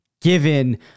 given